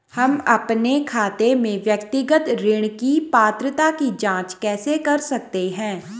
हम अपने खाते में व्यक्तिगत ऋण की पात्रता की जांच कैसे कर सकते हैं?